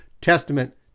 Testament